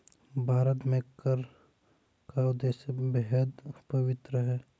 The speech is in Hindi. भारत में कर का उद्देश्य बेहद पवित्र है